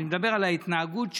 אני מדבר על ההתנהגות שלו.